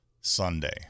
sunday